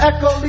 Echo